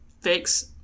fix